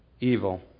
evil